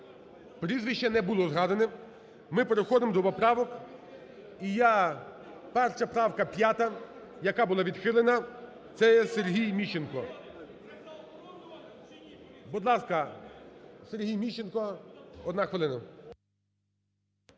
прізвище не було згадане. Ми переходим до поправок і я. Перша правка – 5-а, яка була відхилена. Це є Сергій Міщенко. Будь ласка, Сергій Міщенко, одна хвилина.